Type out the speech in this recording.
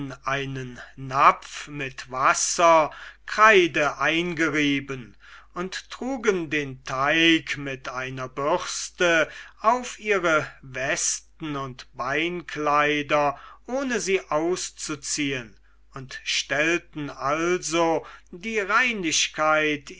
einen napf mit wasser kreide eingerieben und trugen den teig mit einer bürste auf ihre westen und beinkleider ohne sie auszuziehen und stellten also die reinlichkeit